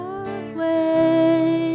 away